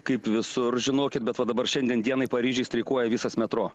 kaip visur žinokit bet va dabar šiandien dienai paryžiuje streikuoja visas metro